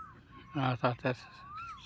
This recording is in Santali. ᱟᱨ